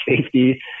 safety